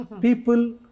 People